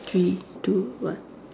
three two one